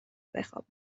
بخوابم